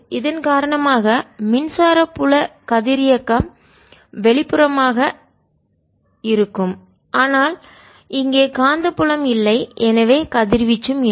இதன் காரணமாக மின்சார புல கதிரியக்கம் வெளிப்புறமாக வெளிப்புறமாக இருக்கும் ஆனால் இங்கே காந்தப்புலம் இல்லை எனவே கதிர்வீச்சும் இல்லை